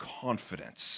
confidence